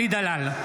אלי דלל,